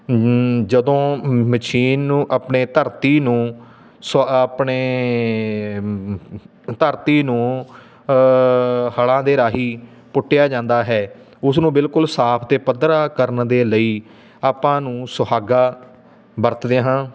ਜਦੋਂ ਮਸ਼ੀਨ ਨੂੰ ਆਪਣੇ ਧਰਤੀ ਨੂੰ ਸੁਆ ਆਪਣੇ ਧਰਤੀ ਨੂੰ ਹਲਾਂ ਦੇ ਰਾਹੀਂ ਪੁੱਟਿਆ ਜਾਂਦਾ ਹੈ ਉਸ ਨੂੰ ਬਿਲਕੁਲ ਸਾਫ ਅਤੇ ਪੱਧਰਾ ਕਰਨ ਦੇ ਲਈ ਆਪਾਂ ਨੂੰ ਸੁਹਾਗਾ ਵਰਤਦੇ ਹਾਂ